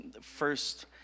first